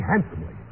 handsomely